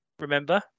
remember